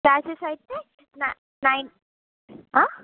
classes అయితే nine